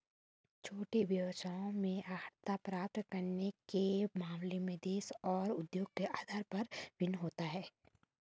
छोटे व्यवसायों में अर्हता प्राप्त करने के मामले में देश और उद्योग के आधार पर भिन्न होता है